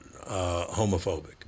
homophobic